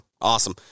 Awesome